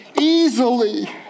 easily